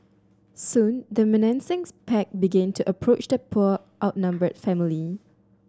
soon the menacing's pack begin to approach the poor outnumbered family